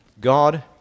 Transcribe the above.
God